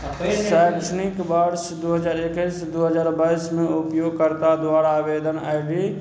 शैक्षणिक वर्ष दुइ हजार एकैस दुइ हजार बाइसमे उपयोगकर्ता द्वारा आवेदन आइ डी